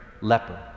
leper